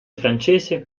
francese